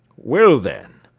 well, then,